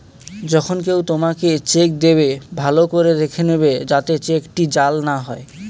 যখন কেউ তোমাকে চেক দেবে, ভালো করে দেখে নেবে যাতে চেকটি জাল না হয়